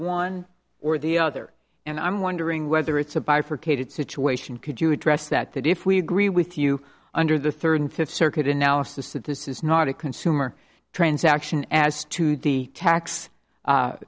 one or the other and i'm wondering whether it's a bifurcated situation could you address that that if we agree with you under the third and fifth circuit analysis that this is not a consumer transaction as to the tax